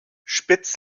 spitz